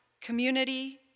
community